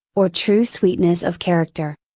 or true sweetness of character.